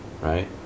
right